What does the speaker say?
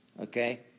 okay